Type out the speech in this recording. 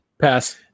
Pass